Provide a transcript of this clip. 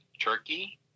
turkey